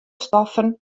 stoffen